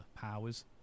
powers